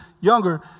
younger